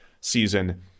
season